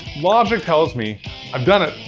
logic tells me i've done it,